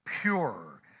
pure